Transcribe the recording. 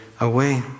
away